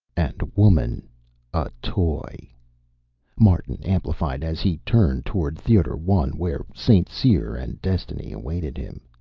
and woman a toy martin amplified, as he turned toward theater one, where st. cyr and destiny awaited him.